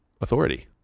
Authority